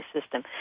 system